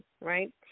right